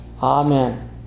Amen